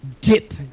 dip